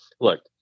look